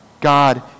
God